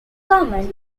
common